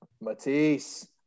Matisse